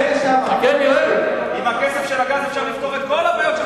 עם הכסף של הגז אפשר לפתור את כל הבעיות של